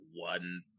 one